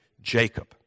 Jacob